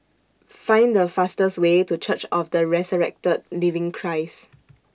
Find The fastest Way to Church of The Resurrected Living Christ